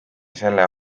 selle